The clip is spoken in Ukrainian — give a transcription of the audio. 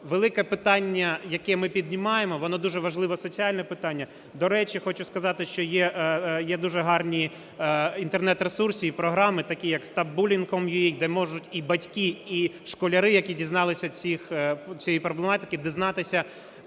Велике питання, яке ми піднімаємо, воно дуже важливе соціальне питання. До речі, хочу сказати, що є дуже гарні Інтернет-ресурси і програми, такі як Stopbullying.com.ua, де можуть і батьки, і школярі, які дізналися цієї проблематики, дізнатися,